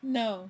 no